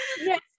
yes